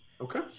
okay